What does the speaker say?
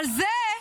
אבל זה,